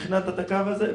תכננת את הקו הזה?